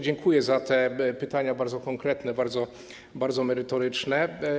Dziękuję za te pytania, bardzo konkretne, bardzo merytoryczne.